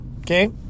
okay